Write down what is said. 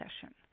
session